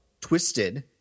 twisted